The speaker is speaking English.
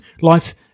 Life